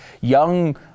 young